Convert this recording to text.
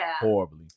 Horribly